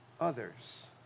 others